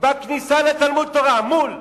בכניסה לתלמוד-תורה, מול,